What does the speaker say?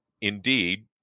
indeed